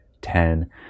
ten